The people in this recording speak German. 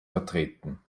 vertreten